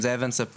אם זה אבן ספיר,